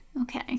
okay